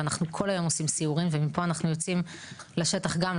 ואנחנו כל היום עושים סיורים ומפה אנחנו יוצאים לשטח גם,